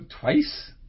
twice